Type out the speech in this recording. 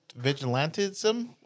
vigilantism